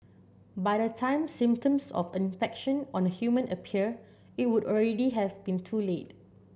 by the time symptoms of infection on a human appear it would already have been too late